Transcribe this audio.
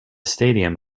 stadium